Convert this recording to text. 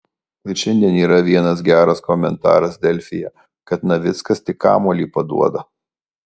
ir šiandien yra vienas geras komentaras delfyje kad navickas tik kamuolį paduoda